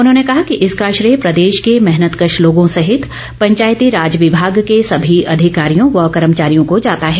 उन्होंने कहा कि इसका श्रेय प्रदेश के मेहनतकश लोगों सहित पंचायती राज विभाग के ॅसमी अधिकारियों व कर्मचारियों को जाता है